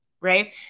right